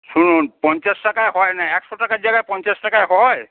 শুনুন পঞ্চাশ টাকায় হয় না একশো টাকার জায়গায় পঞ্চাশ টাকায় হয়